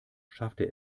schaffte